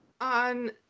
on